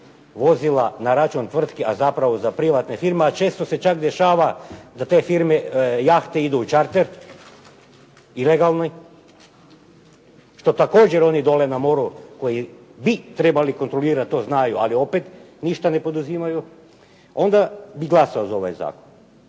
vozila na račun tvrtke, a zapravo za privatne firme, a često se čak dešava da te jahte idu čarter i legalni što također oni dole na moru koji bi trebali kontrolirat to znaju, ali opet ništa ne poduzimaju, onda bih glasao za ovaj zakon.